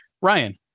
Ryan